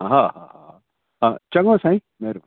हा हा हा हा चङो साईं महिरबानी